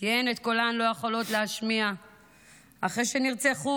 כי הן את קולן לא יכולות להשמיע אחרי שנרצחו,